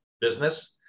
business